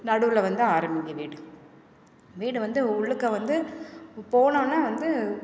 நடுவில் வந்து ஆரம்பிங்கள் வீடு வீடு வந்து உள்ளுக்க வந்து போன உடனே வந்து